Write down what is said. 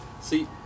See